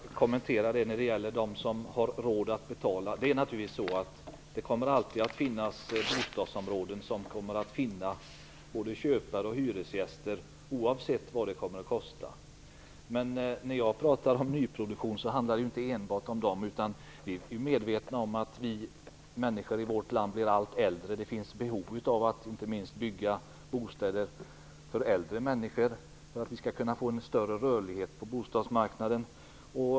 Herr talman! Jag vill bara kommentera det Owe Hellberg sade om dem som har råd att betala. Det kommer naturligtvis alltid att finnas bostadsområden som finner både köpare och hyresgäster, oavsett vad det kostar. Men när jag pratar om nyproduktion handlar det inte enbart om dem. Vi är medvetna om att människor i vårt land blir allt äldre, och det finns behov av att bygga bostäder inte minst för äldre människor, för att det skall skapas en större rörlighet på bostadsmarknaden.